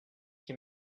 qui